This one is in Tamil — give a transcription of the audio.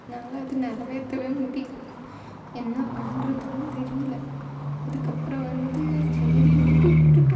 என்னால் அதை நிறைவேத்தவே முடியல என்ன பண்ணுறதுணும் தெரியல அதுக்கப்புறம் வந்து சரின்னுட்டு விட்டுட்டோம்